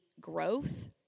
growth